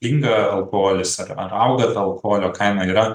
pinga alkoholis ar ar auga ta alkoholio kaina yra